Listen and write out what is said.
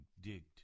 digged